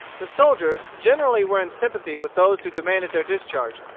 the soldiers generally were in sympathy with those who demanded their discharge,